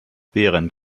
behrendt